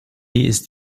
ist